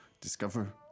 discover